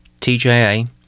TJA